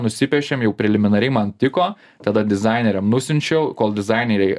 nusipiešėm jau preliminariai man tiko tada dizaineriam nusiunčiau kol dizaineriai